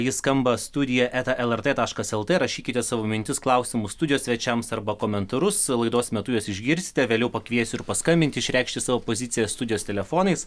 jis skamba studija eta lrt taškas lt rašykite savo mintis klausimus studijos svečiams arba komentarus laidos metu juos išgirsite vėliau pakviesiu ir paskambinti išreikšti savo poziciją studijos telefonais